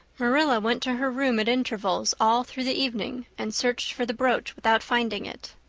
marilla went to her room at intervals all through the evening and searched for the brooch, without finding it.